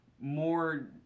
more